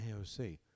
AOC